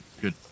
good